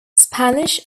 spanish